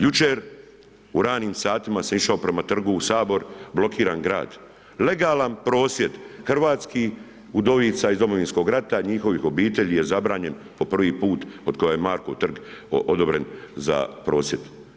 Jučer u ranim satima sam išao prema trgu u Sabor blokiran grad. legalan prosvjed hrvatskih udovica iz Domovinskog rata i njihovih obitelji je zabranjen po prvi put od kada je Markov trg odobren za prosvjed.